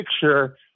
picture